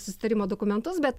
susitarimo dokumentus bet